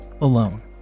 alone